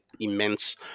immense